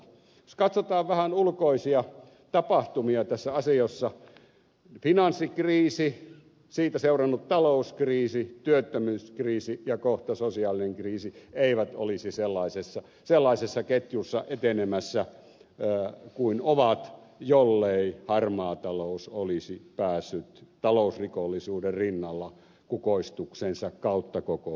jos katsotaan vähän ulkoisia tapahtumia tässä asiassa finanssikriisi siitä seurannut talouskriisi työttömyyskriisi ja kohta sosiaalinen kriisi eivät olisi sellaisessa ketjussa etenemässä kuin ovat jollei harmaa talous olisi päässyt talousrikollisuuden rinnalla kukoistukseensa kautta koko maapallon